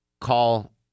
call